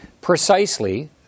precisely